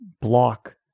block